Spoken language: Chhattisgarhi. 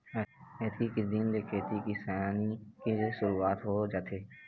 अक्ती के दिन ले खेती किसानी के सुरूवात हो जाथे